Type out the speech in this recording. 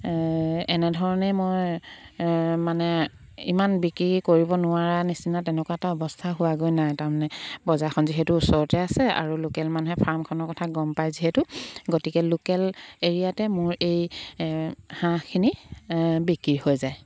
এনেধৰণেই মই মানে ইমান বিক্ৰী কৰিব নোৱাৰা নিচিনা তেনেকুৱা এটা অৱস্থা হোৱাগৈ নাই তাৰমানে বজাৰখন যিহেতু ওচৰতে আছে আৰু লোকেল মানুহে ফাৰ্মখনৰ কথা গম পায় যিহেতু গতিকে লোকেল এৰিয়াতে মোৰ এই হাঁহখিনি বিক্ৰী হৈ যায়